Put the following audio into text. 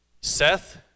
Seth